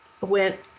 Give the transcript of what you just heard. went